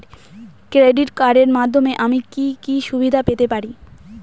Credit কার্ডের মাধ্যমে আমি কি কি সুবিধা পেতে পারি?